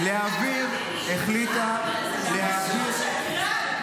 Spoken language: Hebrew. החליטה להעביר --- אתה פשוט שקרן.